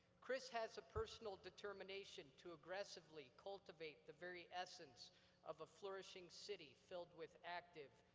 chris has a personal determination to aggressively cultivate the very essence of a flourishing city filled with active,